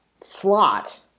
slot